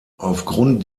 aufgrund